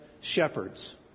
shepherds